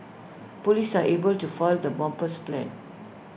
Police are able to foil the bomber's plans